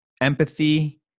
empathy